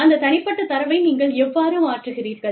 அந்த தனிப்பட்ட தரவை நீங்கள் எவ்வாறு மாற்றுகிறீர்கள்